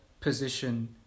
position